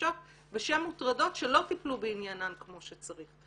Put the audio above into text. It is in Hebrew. מגישות בשם מוטרדות שלא טיפלו בעניינן כמו שצריך.